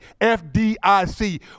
FDIC